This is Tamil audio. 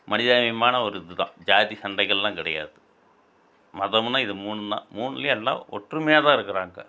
மனிதாபிமானம் ஒரு இதுதான் ஜாதி சண்டைகளெலாம் கிடையாது மதமுனால் இது மூணும்தான் மூணுலையும் எல்லாம் ஒற்றுமையாக தான் இருக்கிறாங்க